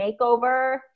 makeover